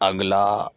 اگلا